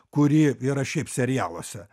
kuri yra šiaip serialuose